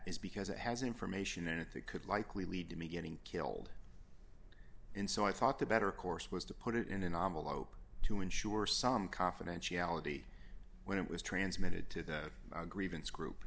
is because it has information and could likely lead to me getting killed and so i thought the better course was to put it in a novel i hope to ensure some confidentiality when it was transmitted to the grievance group